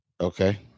Okay